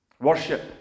Worship